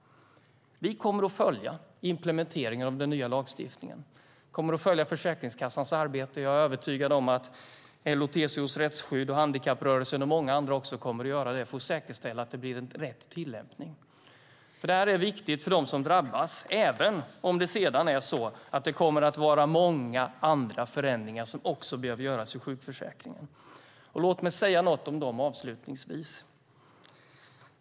Vi kommer att följa implementeringen av den nya lagstiftningen. Vi kommer att följa Försäkringskassans arbete och jag är övertygad om att LO-TCO Rättsskydd, handikapprörelsen och många andra också kommer att göra det för att säkerställa att det blir rätt tillämpning. Detta är viktigt för dem som drabbas, även om det sedan kommer att vara många andra förändringar som också behöver göras i sjukförsäkringen. Låt mig avslutningsvis säga något om dessa.